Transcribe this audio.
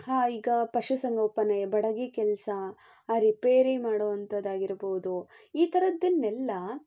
ಈಗ ಪಶುಸಂಗೋಪನೆ ಬಡಗಿ ಕೆಲಸ ರಿಪೇರಿ ಮಾಡುವಂತದ್ದಾಗಿರ್ಬೋದು ಈ ಥರದ್ದನ್ನೆಲ್ಲ